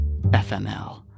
FML